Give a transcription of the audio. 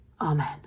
Amen